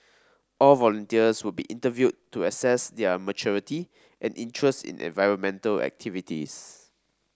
all volunteers would be interviewed to assess their maturity and interest in environmental activities